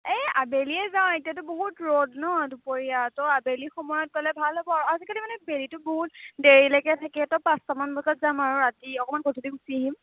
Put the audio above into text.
এ আবেলিয়ে যাওঁ এতিয়াতো বহুত ৰ'দ ন' দুপৰীয়া তো আবেলি সময়ত গ'লে ভাল হ'ব আজিকালি মানে বেলিটো বহুত দেৰিলৈকে থাকে তো পাঁচতামান বজাত যাম আৰু ৰাতি অকণমান গধূলী গুচি আহিম